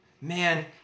Man